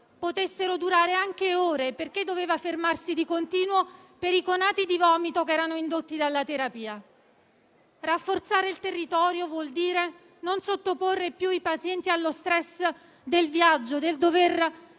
potessero durare anche ore perché doveva fermarsi di continuo per i conati di vomito indotti dalla terapia. Rafforzare il territorio vuol dire non sottoporre più i pazienti allo stress del viaggio, del dover abbandonare